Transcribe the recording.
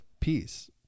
peace